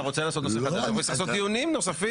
אתה רוצה לעשות נושא חדש אנחנו נצטרך לעשות דיונים חדשים,